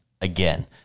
again